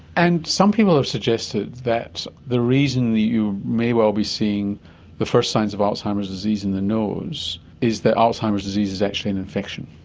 and some people have suggested that the reason that you may well be seeing the first signs of alzheimer's disease in the nose is that alzheimer's disease is actually an infection,